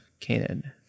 Canaan